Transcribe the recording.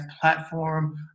platform